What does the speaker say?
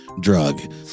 drug